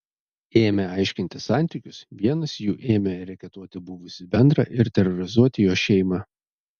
ėmę aiškintis santykius vienas jų ėmė reketuoti buvusį bendrą ir terorizuoti jo šeimą